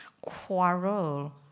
quarrel